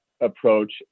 approach